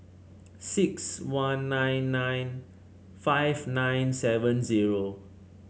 six one nine nine five nine seven zero